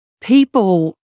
people